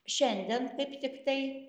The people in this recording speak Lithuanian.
šiandien kaip tiktai